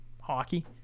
hockey